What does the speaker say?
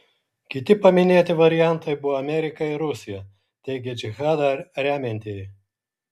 kiti paminėti variantai buvo amerika ir rusija teigia džihadą remiantieji